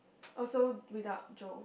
oh so without Joe